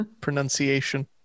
pronunciation